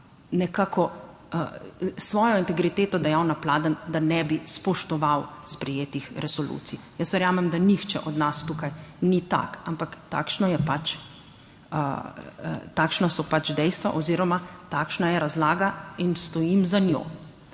nekako svojo integriteto dajal na pladenj, da ne bi spoštoval sprejetih resolucij. Jaz verjamem, da nihče od nas tukaj ni tak, ampak takšno je pač takšna so pač dejstva oziroma takšna je razlaga in stojim za njo.